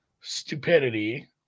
stupidity